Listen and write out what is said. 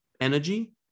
energy